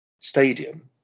stadium